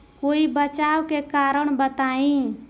कोई बचाव के कारण बताई?